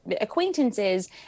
acquaintances